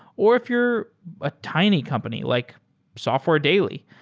or if you're a tiny company like software daily.